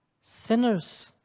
sinners